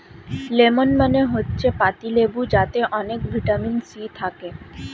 lemon মানে হচ্ছে পাতিলেবু যাতে অনেক ভিটামিন সি থাকে